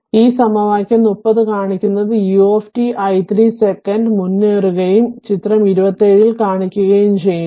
അതിനാൽ ഈ സമവാക്യം 30 കാണിക്കുന്നത് u i3 സെക്കൻഡ് മുന്നേറുകയും ചിത്രം 27 ൽ കാണിക്കുകയും ചെയ്യുന്നു